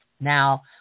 now